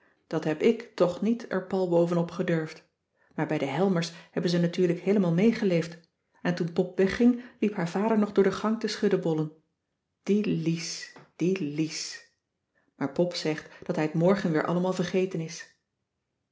dat heb ik toch niet er pal boven op gedurfd maar bij de helmers hebben ze natuurlijk heelemaal meegeleefd en toen pop wegging liep haar vader nog door de gang te schuddebollen die lies die lies maar pop zegt dat hij t morgen weer allemaal vergeten is